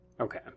okay